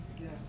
Yes